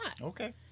Okay